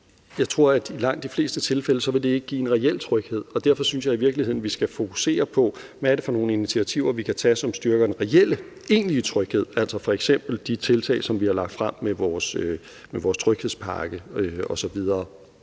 jeg tror, at i langt de fleste tilfælde vil det ikke give en reel tryghed. Derfor synes jeg i virkeligheden, vi skal fokusere på, hvad det er for nogle initiativer, vi kan tage, som styrker den reelle, egentlige tryghed – altså f.eks. de tiltag, som vi har lagt frem med vores tryghedspakke osv.